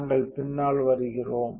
நாங்கள் பின்னால் வருகிறோம்